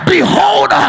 Behold